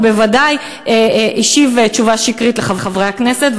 ובוודאי שהשיב תשובה שקרית לחברי הכנסת,